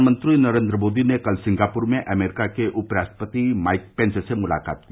प्रधानमंत्री नरेन्द्र मोदी ने कल सिंगापुर में अमरीका के उपराष्ट्रपति माइक पेंस से मुलाकात की